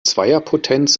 zweierpotenz